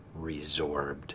resorbed